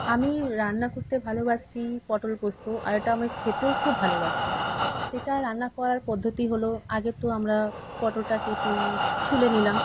আমি রান্না করতে ভালোবাসি পটল পোস্ত আর এটা আমি খেতেও খুব ভালোবাসি সেটা রান্না করার পদ্ধতি হলো আগে তো আমরা পটলটাকে একটু ছুলে নিলাম